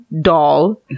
doll